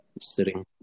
sitting